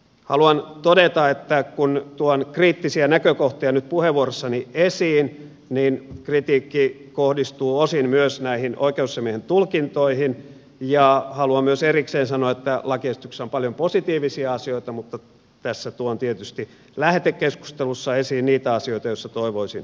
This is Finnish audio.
haluan todeta että kun tuon kriittisiä näkökohtia nyt puheenvuorossani esiin niin kritiikki kohdistuu osin myös näihin oikeusasiamiehen tulkintoihin ja haluan myös erikseen sanoa että lakiesityksessä on paljon positiivisia asioita mutta tässä tuon tietysti lähetekeskustelussa esiin niitä asioita joissa toivoisin tarkempaa harkintaa